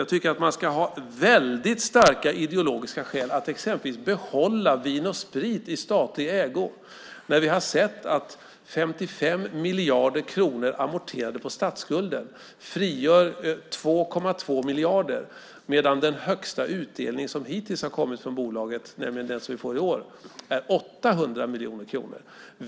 Jag tycker att man ska ha väldigt starka ideologiska skäl för att exempelvis behålla Vin & Sprit i statlig ägo när vi har sett att 55 miljarder kronor amorterade på statsskulden frigör 2,2 miljarder, medan den högsta utdelning som hittills har kommit från bolaget, nämligen den som vi får i år, är 800 miljoner kronor.